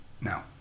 now